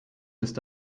ist